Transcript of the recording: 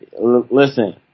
Listen